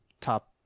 top